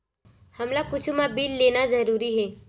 हमला कुछु मा बिल लेना जरूरी हे?